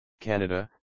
Canada